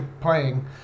playing